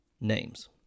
names